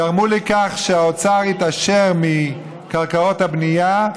גרמו לכך שהאוצר יתעשר מקרקעות הבנייה,